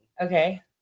Okay